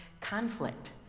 conflict